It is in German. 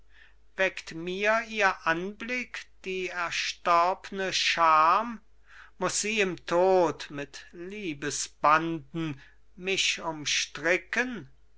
weckt mir ihr anblick die erstorbne scham muß sie im tod mit liebesbanden mich umstricken